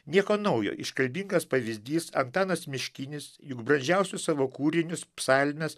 nieko naujo iškalbingas pavyzdys antanas miškinis juk brandžiausius savo kūrinius psalmes